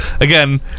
again